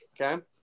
okay